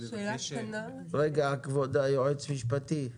כבוד היועץ המשפטי.